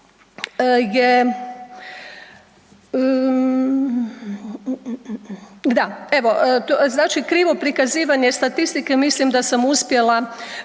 da evo, znači krivo prikazivanje statistike mislim da sam uspjela